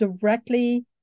directly